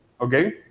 okay